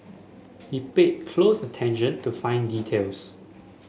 he paid close attention to fine details